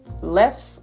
left